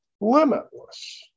limitless